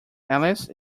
alice